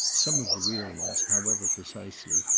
some of the real ones, however, precisely,